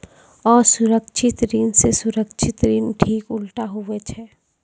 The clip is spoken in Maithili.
असुरक्षित ऋण से सुरक्षित ऋण ठीक उल्टा हुवै छै